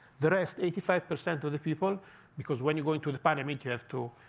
the rest, eighty five percent of the people because when you go into the parliament, you have to